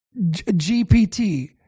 GPT